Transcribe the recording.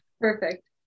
Perfect